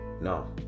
no